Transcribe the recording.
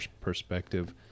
perspective